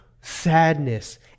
sadness